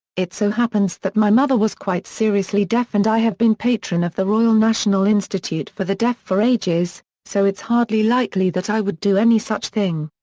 it so happens that my mother was quite seriously deaf and i have been patron of the royal national institute for the deaf for ages, so it's hardly likely that i would do any such thing.